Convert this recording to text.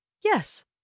Yes